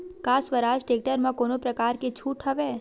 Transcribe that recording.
का स्वराज टेक्टर म कोनो प्रकार के छूट हवय?